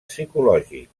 psicològic